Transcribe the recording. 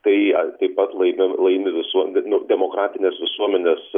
tai taip pat laimi laimi visuomenė demokratinės visuomenės